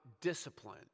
discipline